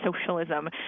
socialism